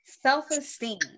Self-esteem